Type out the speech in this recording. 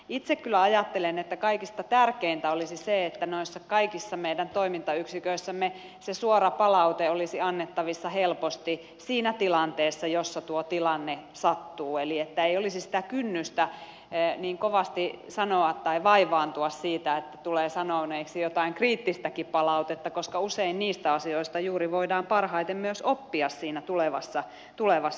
itse kyllä ajattelen että kaikista tärkeintä olisi se että noissa kaikissa meidän toimintayksiköissämme se suora palaute olisi annettavissa helposti siinä tilanteessa jossa tuo tilanne sattuu eli että ei olisi niin kovasti sitä kynnystä sanoa tai vaivaantua siitä että tulee sanoneeksi jotain kriittistäkin palautetta koska usein niistä asioista juuri voidaan parhaiten myös oppia tulevassa työssä